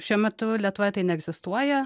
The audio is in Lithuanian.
šiuo metu lietuvoje tai neegzistuoja